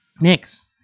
Next